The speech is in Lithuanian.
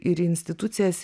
ir į institucijas